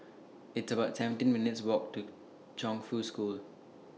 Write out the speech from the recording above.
It's about seventeen minutes' Walk to Chongfu School